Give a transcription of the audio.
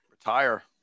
Retire